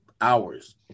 hours